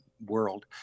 World